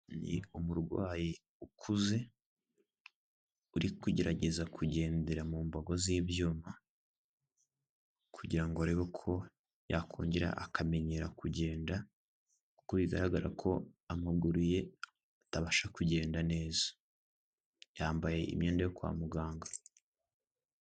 Ni umurwayi ukuze uri kugerageza kugendera mu mbago z'ibyuma kugirango arebe uko yakongera akamenyera kugenda kuko bigaragara ko amaguru ye atabasha kugenda neza, yambaye imyenda yo kwa muganga.